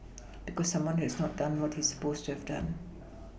because someone has not done what he is supposed to have done